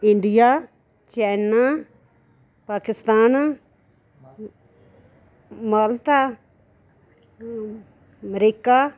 India China Pakistan Malta America